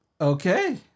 Okay